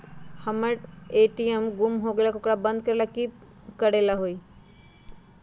हमर ए.टी.एम गुम हो गेलक ह ओकरा बंद करेला कि कि करेला होई है?